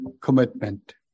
commitment